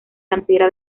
cantera